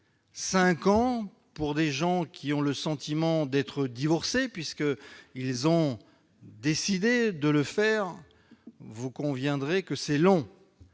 ans pour des gens qui ont le sentiment d'être divorcés parce qu'ils ont décidé de le faire, vous conviendrez que c'est long